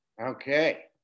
Okay